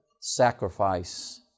sacrifice